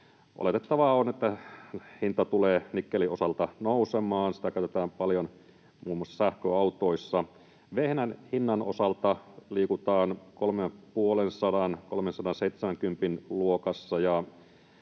oletettavaa on, että hinta tulee nikkelin osalta nousemaan. Sitä käytetään paljon muun muassa sähköautoissa. Vehnän hinnan osalta liikutaan kolmen ja